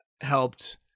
helped